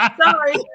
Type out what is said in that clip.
sorry